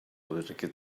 ulrike